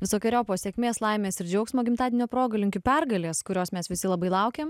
visokeriopos sėkmės laimės ir džiaugsmo gimtadienio proga linkiu pergalės kurios mes visi labai laukiam